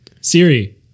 Siri